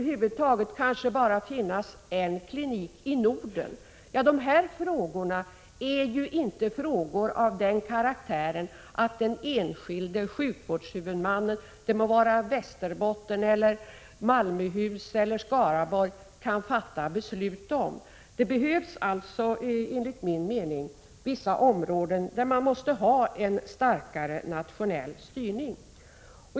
Skall det kanske bara finnas en klinik i Norden? Dessa frågor är inte av den karaktären att den enskilde sjukvårdshuvudmannen — det må vara i Västerbottens, Malmöhus eller Skaraborgs län — kan fatta beslut. Det finns alltså enligt min mening vissa områden där man måste ha en starkare nationell styrning.